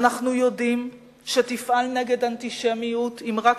אנחנו יודעים שתפעל נגד אנטישמיות אם רק